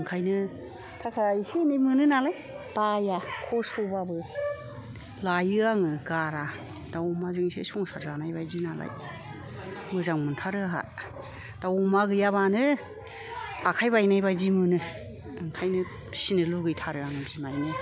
ओंखायनो थाखा एसे एनै मोनो नालाय बाया खस्थ'बाबो लायो आङो गारा दाव अमाजोंसो संसार जानाय बादि नालाय मोजां मोनथारो आंहा दाव अमा गैयाबानो आखाय बायनाय बादि मोनो ओंखायनो फिसिनो लुबैथारो आङो बिमाइनो